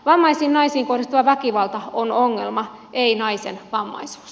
vammaisiin naisiin kohdistuva väkivalta on ongelma ei naisen vammaisuus